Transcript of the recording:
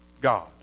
God